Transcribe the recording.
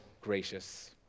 gracious